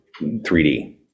3D